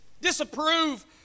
disapprove